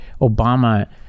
Obama